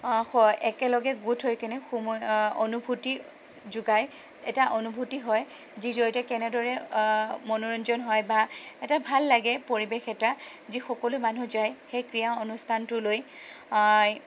একেলগে গোট হৈকেনে অনুভূতি যোগায় এটা অনুভূতি হয় যি জড়িয়তে কেনেদৰে মনোৰঞ্জন হয় বা এটা ভাল লাগে পৰিৱেশ এটা যি সকলো মানুহ যায় সেই ক্ৰীড়া অনুষ্ঠানটোলৈ